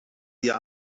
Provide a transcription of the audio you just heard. ihr